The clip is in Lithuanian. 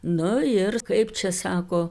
nu ir kaip čia sako